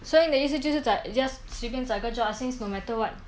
所以你的意思就是找随便找一个 job lah since no matter what